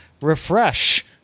Refresh